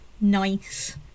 nice